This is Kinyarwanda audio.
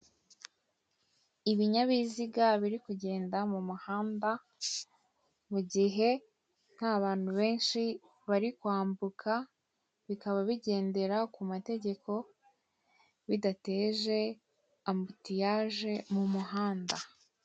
Ibinyabiziga biri kugenda mu muhanda, mu gihe nta bantu benshi bari kwambuka bikaba bigendera ku mategeko, bidateje ambutiyaje mu muhanda.